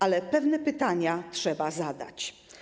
Ale pewne pytania trzeba zadać.